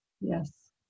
Yes